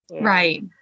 Right